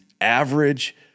average